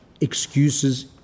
excuses